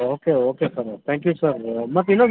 okay okay sir thank you sir ಮತ್ತೆ ಇನ್ನೊಂದು